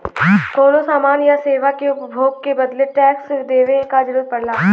कउनो समान या सेवा के उपभोग के बदले टैक्स देवे क जरुरत पड़ला